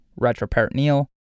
retroperitoneal